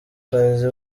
kazi